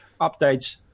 updates